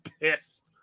pissed